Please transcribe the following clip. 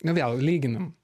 na vėl lyginam